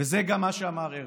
וזה גם מה שאמר הרצל: